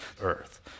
earth